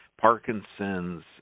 Parkinson's